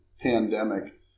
pandemic